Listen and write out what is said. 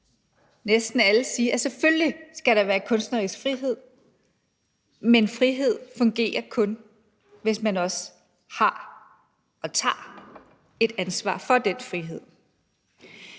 næsten alle sige, at selvfølgelig skal der være kunstnerisk frihed, men at frihed kun fungerer, hvis man også har og tager et ansvar for den frihed.